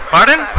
Pardon